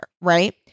right